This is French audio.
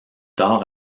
tard